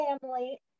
family